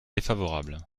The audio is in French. défavorable